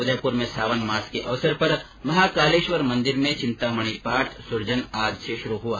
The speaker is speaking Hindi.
उदयपुर में सावन मास के अवसर पर महाकालेश्वर मंदिर में चिंतामणि पार्थ सुरजन आज से शुरू हुआ